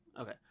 Okay